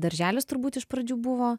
darželis turbūt iš pradžių buvo